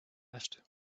asked